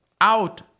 out